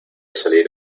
salir